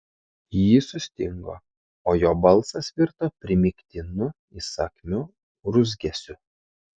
ji sustingo o jo balsas virto primygtinu įsakmiu urzgesiu